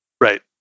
right